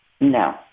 No